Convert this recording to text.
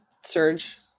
surge